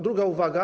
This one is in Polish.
Druga uwaga.